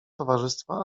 towarzystwa